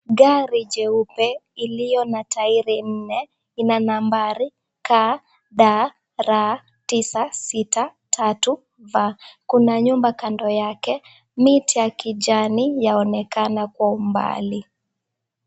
Gari jeupe iliyo na tairi nne Ina nambari KDR 963V. Kuna nyumba kando yake miti ya kijani yaonekana kwa umbali.